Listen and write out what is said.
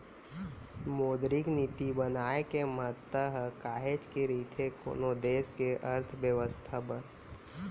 मौद्रिक नीति बनाए के महत्ता ह काहेच के रहिथे कोनो देस के अर्थबेवस्था बर